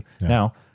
Now